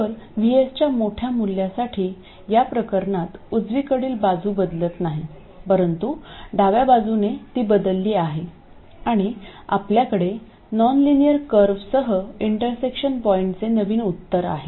तर VS च्या मोठ्या मूल्यासाठी या प्रकरणात उजवीकडील बाजू बदलत नाही परंतु डाव्या बाजूने ती बदलली आहे आणि आपल्याकडे नॉनलिनियर कर्वसह इंटरसेक्शन पॉईंटचे नवीन उत्तर आहे